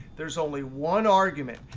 there's only one argument,